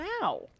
now